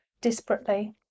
desperately